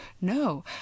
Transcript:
no